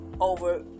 over